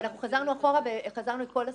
אנחנו חזרנו אחורה לכל הסעיפים.